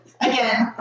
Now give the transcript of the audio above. Again